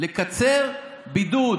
לקצר בידוד